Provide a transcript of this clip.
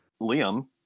Liam